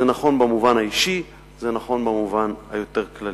זה נכון במובן האישי, זה נכון במובן היותר כללי.